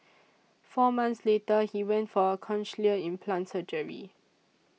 four months later he went for cochlear implant surgery